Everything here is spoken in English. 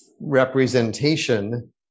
representation